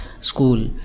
school